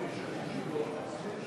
בהצבעה